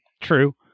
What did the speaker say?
True